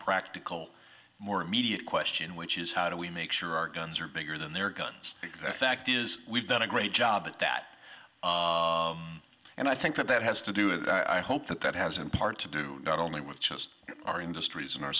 practical more immediate question which is how do we make sure our guns are bigger than their guns think that fact is we've done a great job at that and i think that that has to do it i hope that that has in part to do not only with just our industries and our